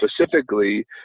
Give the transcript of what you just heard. specifically